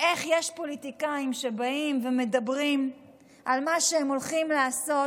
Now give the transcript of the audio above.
איך יש פוליטיקאים שבאים ומדברים על מה שהם הולכים לעשות,